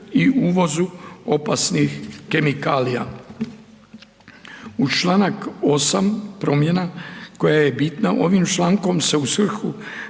i uvozu opasnih kemikalija. Uz članak 8. promjena, koja je bitna ovim člankom, se u svrhu